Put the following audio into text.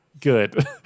Good